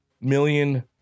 million